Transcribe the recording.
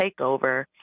takeover